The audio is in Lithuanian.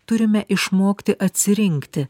turime išmokti atsirinkti